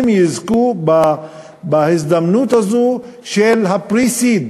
אם יזכו בהזדמנות הזאת של ה-Pre-Seed,